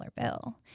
bill